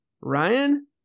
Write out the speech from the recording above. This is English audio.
Ryan